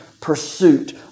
pursuit